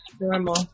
normal